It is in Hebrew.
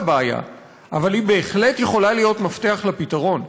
אבל היא בהחלט יכולה להיות מפתח לפתרון,